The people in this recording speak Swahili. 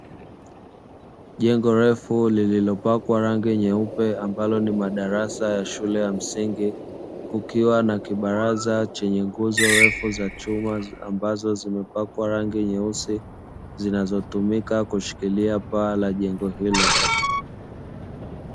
Jengo refu lililopakwa rangi nyeupe, ambalo ni madarasa ya shule ya msingi. Kukiwa na kibaraza chenye nguzo refu za chuma ambazo zimepakwa rangi nyeusi zinazotumika kushikilia paa la jengo hilo.